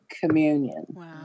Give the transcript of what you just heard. communion